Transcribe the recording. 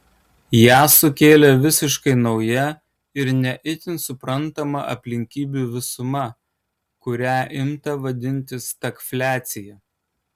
ją sukėlė visiškai nauja ir ne itin suprantama aplinkybių visuma kurią imta vadinti stagfliacija